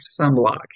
sunblock